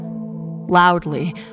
Loudly